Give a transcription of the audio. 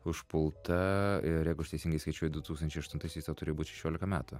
užpulta ir jeigu aš teisingai skaičiuoju du tūkstančiai aštuntaisiais tau turėjo būt šešiolika metų